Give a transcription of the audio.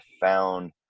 found